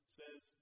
says